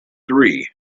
three